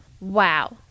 Wow